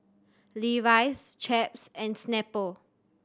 Levi's Chaps and Snapple